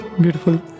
beautiful